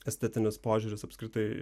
estetinis požiūris apskritai